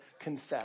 confess